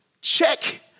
check